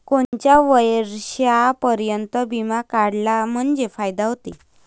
कोनच्या वर्षापर्यंत बिमा काढला म्हंजे फायदा व्हते?